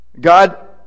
God